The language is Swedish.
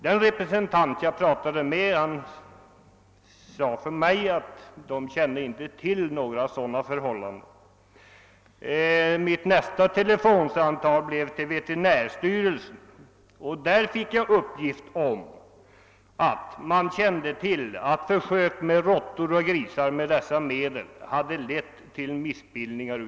Den representant för giftnämnden som jag talade med sade att man i nämnden inte kände till några sådana fall. Mitt nästa telefonsamtal gick till veterinärstyrelsen, och där fick jag den uppgiften att man kände till försök med dessa gifter på råttor och grisar och hade konstaterat fostermissbildningar.